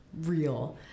Real